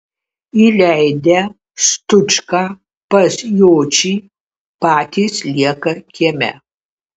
įleidę stučką pas jočį patys lieka kieme